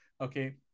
Okay